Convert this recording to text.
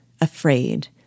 afraid